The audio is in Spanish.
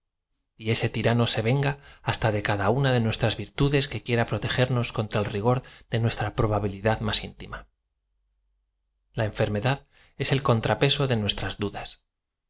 y ese tirano se venga hasta de cada una de nuestras virtudes que quiera protejernos con tra el rigo r de nuestra probabilidad más intima l a enfermedad es el contrapeso de nuestras dudas